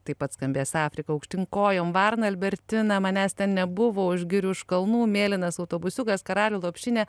taip pat skambės afrika aukštyn kojom varna albertina manęs ten nebuvo už girių už kalnų mėlynas autobusiukas karalių lopšinė